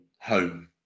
home